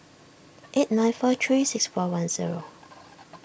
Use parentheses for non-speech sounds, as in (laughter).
(noise) eight nine four three six four one zero